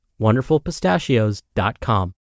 WonderfulPistachios.com